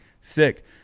sick